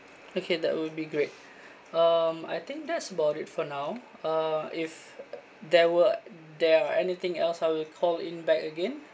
okay that would be great um I think that's about it for now uh if there were there are anything else I will call in back again